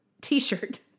t-shirt